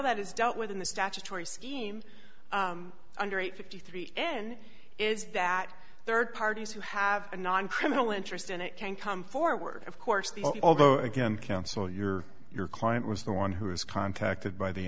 that is dealt with in the statutory scheme under eight fifty three n is that third parties who have a non criminal interest in it can come forward of course although again counsel you're your client was the one who was contacted by the